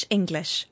English